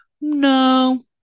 No